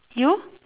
you